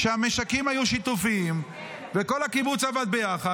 שהמשקים היו שיתופיים וכל הקיבוץ עבד ביחד.